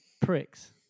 pricks